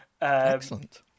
excellent